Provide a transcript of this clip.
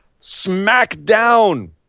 SmackDown